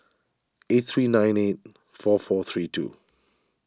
eight three nine eight four four three two